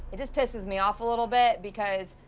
it just pisses me off a little bit, because